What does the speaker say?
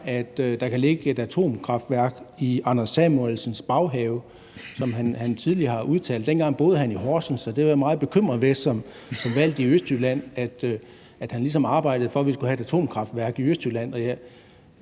at der kan ligge et atomkraftværk i Anders Samuelsens baghave, som han tidligere har udtalt. Dengang boede han i Horsens, og der var jeg som valgt i Østjylland meget bekymret ved, at han ligesom arbejdede for, at vi skulle have et atomkraftværk i Østjylland.